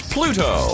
Pluto